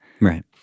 right